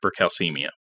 hypercalcemia